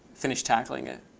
finish tackling it.